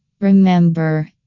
Remember